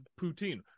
Poutine